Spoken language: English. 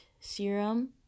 serum